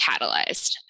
catalyzed